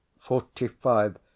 Forty-five